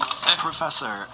Professor